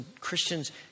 Christians